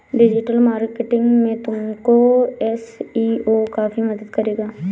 digital marketing में तुमको SEO काफी मदद करेगा